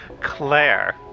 Claire